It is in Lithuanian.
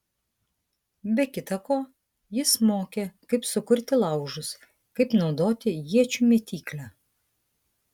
be kita ko jis mokė kaip sukurti laužus kaip naudoti iečių mėtyklę